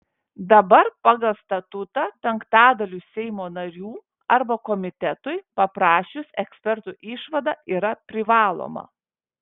dabar pagal statutą penktadaliui seimo narių arba komitetui paprašius ekspertų išvada yra privaloma